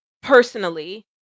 personally